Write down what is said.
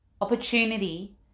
opportunity